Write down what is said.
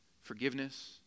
forgiveness